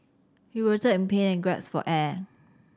he in pain and gasped for air